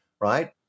right